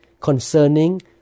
concerning